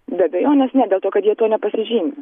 be abejonės ne dėl to kad jie tuo nepasižymi